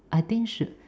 I think should